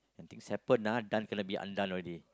when things happen ah done cannot be undone already